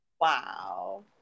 wow